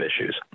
issues